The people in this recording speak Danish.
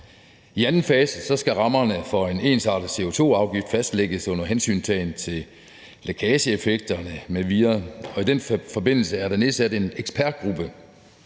I anden fase skal rammerne for en ensartet CO2-afgift fastlægges under hensyntagen til lækageeffekterne m.v., og i den forbindelse er der nedsat en ekspertgruppe,